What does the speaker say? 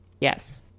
yes